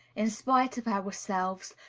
in spite of ourselves,